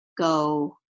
go